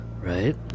right